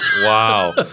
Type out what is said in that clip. wow